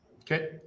Okay